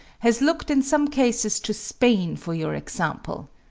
has looked in some cases to spain for your example.